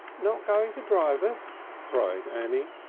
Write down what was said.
not going to drive us? cried annie.